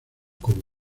como